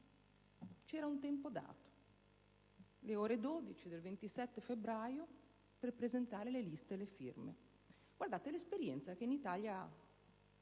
C'era un tempo dato - le ore 12 del 27 febbraio - per presentare le liste e le firme. Guardate, è l'esperienza che in Italia